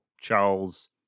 Charles